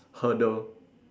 hurdle